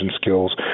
skills